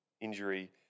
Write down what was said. injury